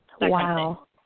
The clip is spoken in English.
Wow